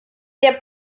der